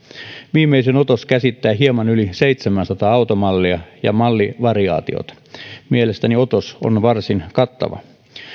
viimeisin otos käsittää hieman yli seitsemänsataa automallia ja mallivariaatiota mielestäni otos on varsin kattava